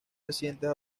recientes